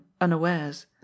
unawares